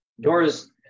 Dora's